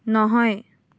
নহয়